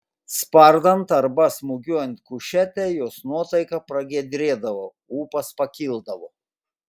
spardant arba smūgiuojant kušetę jos nuotaika pragiedrėdavo ūpas pakildavo